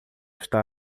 está